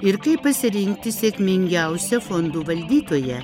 ir kaip pasirinkti sėkmingiausią fondų valdytoją